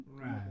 Right